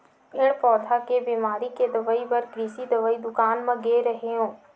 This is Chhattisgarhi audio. पेड़ पउधा के बिमारी के दवई बर कृषि दवई दुकान म गे रेहेंव